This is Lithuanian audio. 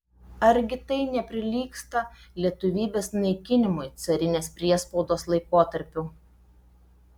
argi tai neprilygsta lietuvybės naikinimui carinės priespaudos laikotarpiu